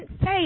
say